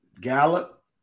Gallup